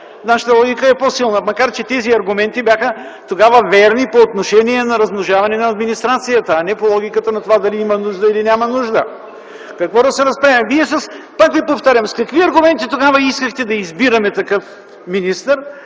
Нашата логика е по-силна. Макар че тогава тези аргументи бяха верни по отношение на размножаване на администрацията, а не по логиката на това дали има нужда, или няма нужда. Какво да се разправяме?! Пак ви повтарям, с какви аргументи тогава искахте да избираме такъв министър,